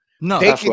No